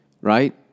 right